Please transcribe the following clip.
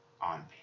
on